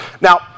Now